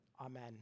Amen